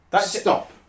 stop